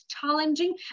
challenging